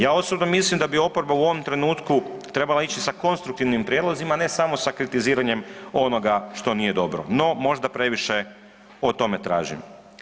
Ja osobno mislim da bi oporba u ovom trenutku trebala ići sa konstruktivnim prijedlozima ne samo sa kritiziranjem onoga što nije dobro, no možda previše o tome tražim.